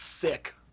sick